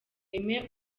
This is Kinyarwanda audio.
aime